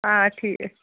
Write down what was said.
آ ٹھیٖک